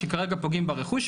שכרגע פוגעים ברכוש,